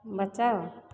बचाउ